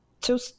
two